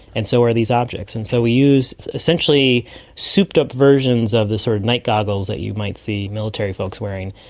and so are these objects. and so we use essentially souped up versions of the sort of night-goggles that you might see military folks wearing,